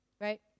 right